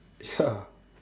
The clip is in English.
ya